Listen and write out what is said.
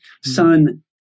son